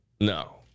No